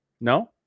no